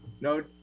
no